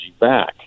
back